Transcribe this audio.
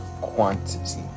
quantity